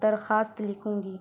درخواست لکھوں گی